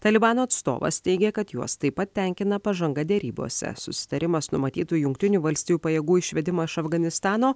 talibano atstovas teigia kad juos taip pat tenkina pažanga derybose susitarimas numatytų jungtinių valstijų pajėgų išvedimą iš afganistano